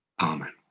Amen